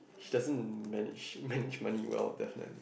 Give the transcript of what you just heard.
she doesn't manage manage money well definitely